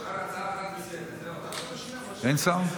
אין שר?